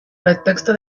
pretexto